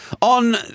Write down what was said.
on